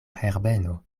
herbeno